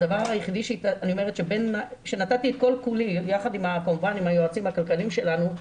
הדבר היחידי שנתתי את כל כולי יחד עם היועצים הכלכליים שלנו.